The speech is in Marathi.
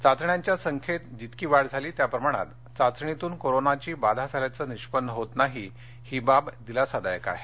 चाचण्यांच्या संख्येत जेवढी वाढ झाली त्या प्रमाणात चाचणीतून कोरोनाची बाधा झाल्याचं निष्पन्न होत नाही ही बाब दिलासादायक आहे